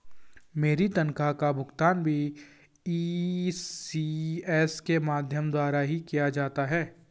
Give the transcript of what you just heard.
मेरी तनख्वाह का भुगतान भी इ.सी.एस के माध्यम द्वारा ही किया जाता है